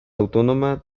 autónoma